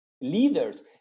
leaders